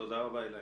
תודה רבה עילי.